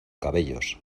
cabellos